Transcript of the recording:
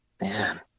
man